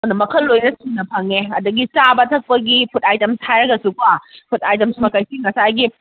ꯑꯗꯣ ꯃꯈꯜ ꯂꯣꯏꯅ ꯁꯨꯅ ꯐꯪꯉꯦ ꯑꯗꯨꯗꯒꯤ ꯆꯥꯕ ꯊꯛꯄꯒꯤ ꯐꯨꯗ ꯑꯥꯏꯇꯦꯝꯁ ꯍꯥꯏꯔꯒꯁꯨꯀꯣ ꯐꯨꯗ ꯑꯥꯏꯇꯦꯝꯁ ꯃꯈꯩꯁꯤ ꯉꯁꯥꯏꯒꯤ